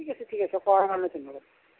ঠিক আছে ঠিক আছে কোৱাৰ কাৰােণে ধন্যবাদ